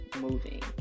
moving